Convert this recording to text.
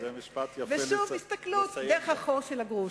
ושוב הסתכלות דרך החור של הגרוש.